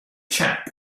chap